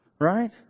right